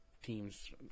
teams